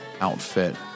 outfit